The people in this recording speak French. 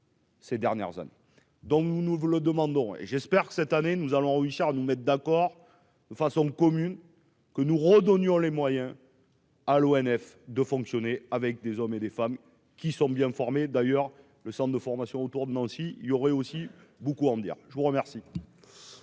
Ces dernières années, donc nous nous le demandons et j'espère que cette année nous allons Richard nous mettent d'accord façon commune que nous redonner ont les moyens. à l'ONF de fonctionner avec des hommes et des femmes qui sont bien formés, d'ailleurs, le Centre de formation autour de Nancy, il aurait aussi beaucoup à en dire, je vous remercie.